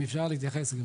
אם אפשר להתייחס?